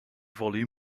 volume